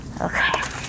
Okay